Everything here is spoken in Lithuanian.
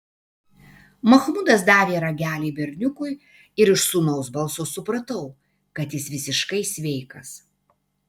machmudas davė ragelį berniukui ir iš sūnaus balso supratau kad jis visiškai sveikas